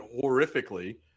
horrifically